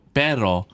pero